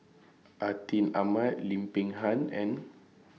Atin Amat Lim Peng Han and